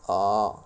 oh